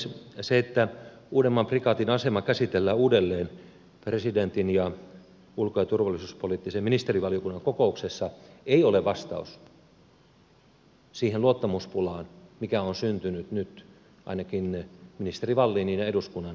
se että uudenmaan prikaatin asema käsitellään uudelleen presidentin ja ulko ja turvallisuuspoliittisen ministerivaliokunnan kokouksessa ei ole vastaus siihen luottamuspulaan mikä nyt on syntynyt ainakin ministeri wallinin ja eduskunnan välille